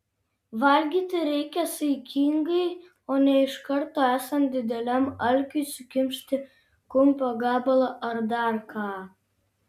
valgyti reikia saikingai o ne iš karto esant dideliam alkiui sukimšti kumpio gabalą ar dar ką